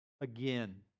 again